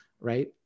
right